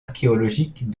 archéologiques